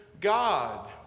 God